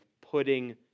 putting